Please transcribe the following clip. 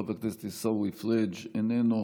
חבר הכנסת עיסאווי פריג' איננו,